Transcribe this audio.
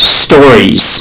stories